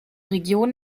region